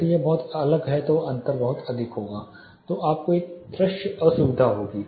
यदि यह बहुत अलग है तो अंतर बहुत अधिक है तो आपको एक दृश्य असुविधा होगी